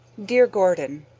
dear gordon